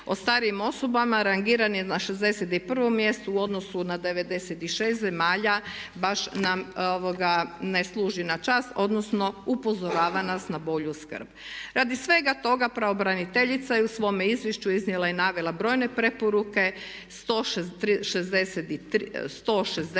o starijim osobama rangirani na 61. mjestu u odnosu na 96 zemalja baš nam ne služi na čast, odnosno upozorava nas na bolju skrb. Radi svega toga pravobraniteljica je u svome izvješću iznijela i navela brojne preporuke, 160